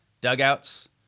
dugouts